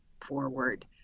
forward